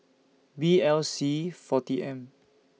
B L C forty M